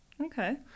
Okay